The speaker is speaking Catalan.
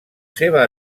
seva